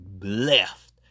left